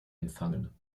empfangen